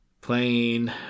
Playing